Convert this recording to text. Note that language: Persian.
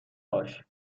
باش